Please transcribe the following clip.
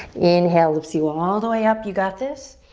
inhale lifts you um all the way up, you got this.